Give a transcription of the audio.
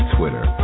Twitter